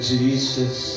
Jesus